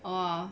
oh